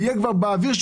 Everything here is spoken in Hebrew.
יהיה כבר באוויר,